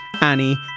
Annie